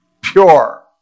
pure